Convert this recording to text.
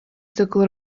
цикл